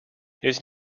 his